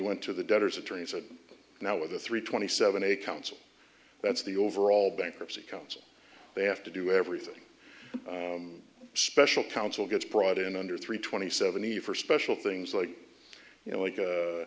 went to the debtors attorney said now with a three twenty seven a council that's the overall bankruptcy cup they have to do everything special counsel gets brought in under three twenty seventy for special things like you know like